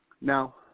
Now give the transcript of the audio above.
Now